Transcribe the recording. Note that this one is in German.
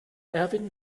erwin